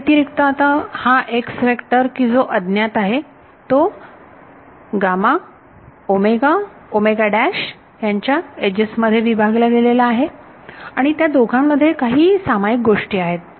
याव्यतिरिक्त आता हा x व्हेक्टर की जो अज्ञात आहे तो यांच्या एजेस मध्ये विभागला गेलेला आहे आणि त्या दोघांमध्ये काही सामायिक गोष्टी आहेत